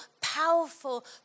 powerful